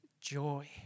joy